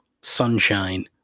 Sunshine